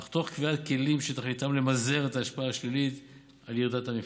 אך תוך קביעת כלים שתכליתם למזער את ההשפעה השלילית על ירידת המפלס,